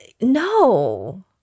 no